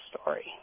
story